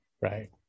right